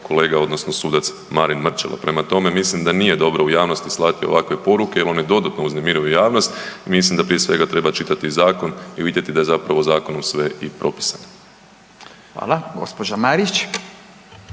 kolega odnosno sudac Marin Mrčela. Prema tome, mislim da nije dobro u javnosti slati ovakve poruke jer one dodatno uznemiruju javnost. Mislim da prije svega treba čitati zakon i vidjeti da je zapravo u zakonu sve i propisano. **Radin, Furio